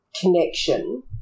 connection